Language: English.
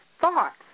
thoughts